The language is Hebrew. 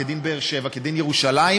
כדין באר שבע וכדין ירושלים,